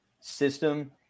system